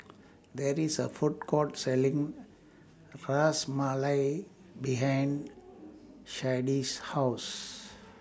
There IS A Food Court Selling Ras Malai behind Sharday's House